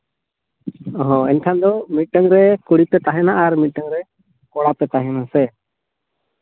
ᱦᱚᱸ ᱮᱱᱠᱷᱟᱱ ᱫᱚ ᱢᱤᱫᱴᱮᱱ ᱨᱮ ᱠᱩᱲᱤ ᱯᱮ ᱛᱟᱦᱮᱱᱟ ᱟᱨ ᱢᱤᱫᱴᱮᱱ ᱨᱮ ᱠᱚᱲᱟ ᱯᱮ ᱛᱟᱦᱮᱱᱟ ᱥᱮ